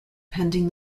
pending